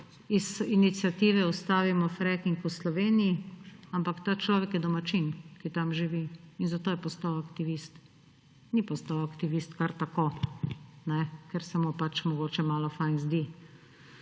iz iniciative Ustavimo fracking v Sloveniji, ampak ta človek je domačin, ki tam živi in zato je postal aktivist. Ni postal aktivist kar tako, ker se mu pač mogoče malo fino zdi.